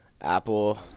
Apple